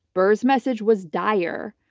barr's message was dire.